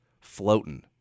floating